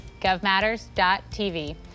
govmatters.tv